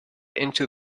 into